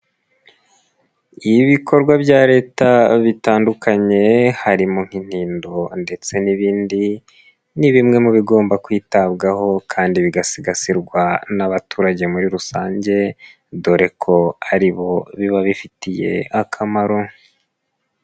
Ibikorwa bya Leta bitandukanye, harimo nk'intindo ndetse n'ibindi, ni bimwe mu bigomba kwitabwaho kandi bigasigasirwa n'abaturage muri rusange dore ko ari bo biba bifitiye akamaro.